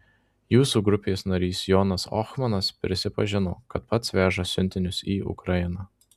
jūsų grupės narys jonas ohmanas prisipažino kad pats veža siuntinius į ukrainą